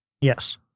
Yes